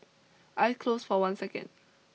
eye closed for one second